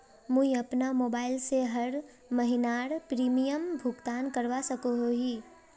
मुई अपना मोबाईल से हर महीनार प्रीमियम भुगतान करवा सकोहो ही?